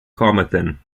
carmarthen